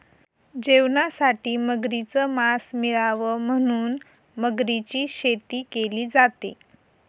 जेवणासाठी मगरीच मास मिळाव म्हणून मगरीची शेती केली जाते